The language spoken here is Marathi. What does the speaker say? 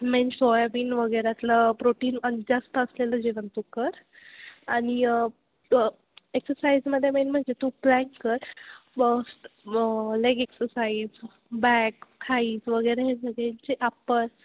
मेन सोयाबीन वगैरेतलं प्रोटीन आणि जास्त असलेलं जेवण तू कर आणि एक्सरसाइजमध्ये मेन म्हणजे तू प्लँक्स कर ब व लेग एक्सरसाइज बॅक थाईज वगैरे हे सगळ्यांचे अपर